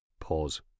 Pause